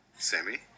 Sammy